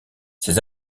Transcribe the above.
ces